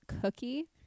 cookie